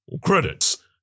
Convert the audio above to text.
Credits